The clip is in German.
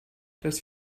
das